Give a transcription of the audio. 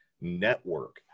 network